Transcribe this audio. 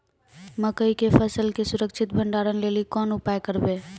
मकई के फसल के सुरक्षित भंडारण लेली कोंन उपाय करबै?